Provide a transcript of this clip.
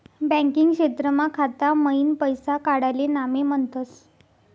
banking क्षेत्रमा खाता मईन पैसा काडाले नामे म्हनतस